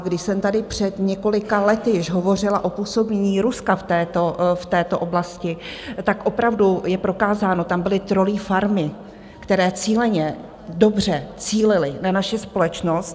Když jsem tady před několika lety již hovořila o působení Ruska v této oblasti, tak opravdu je prokázáno, tam byly trollí farmy, které cíleně dobře cílily na naši společnost.